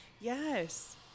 Yes